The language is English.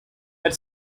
had